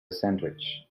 sandwich